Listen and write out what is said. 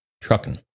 Trucking